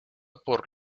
por